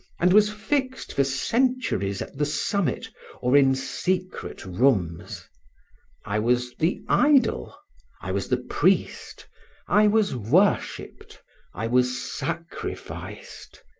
and was fixed for centuries at the summit or in secret rooms i was the idol i was the priest i was worshipped i was sacrificed.